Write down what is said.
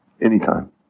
Anytime